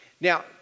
Now